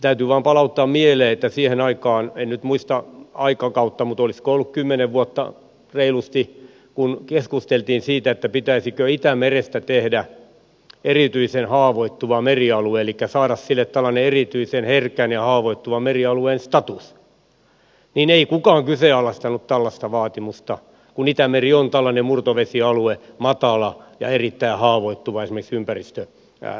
täytyy vaan palauttaa mieleen että siihen aikaan en nyt muista aikakautta mutta olisiko ollut kymmenen vuotta sitten reilusti kun keskusteltiin siitä pitäisikö itämerestä tehdä erityisen haavoittuva merialue eli saada sille tällainen erityisen herkän ja haavoittuvan merialueen status niin ei kukaan kyseenalaistanut tällaista vaatimusta kun itämeri on tällainen murtovesialue matala ja erittäin haavoittuva esimerkiksi ympäristövaikutuksille